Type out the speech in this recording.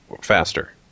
faster